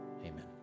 Amen